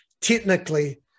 Technically